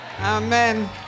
Amen